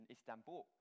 Istanbul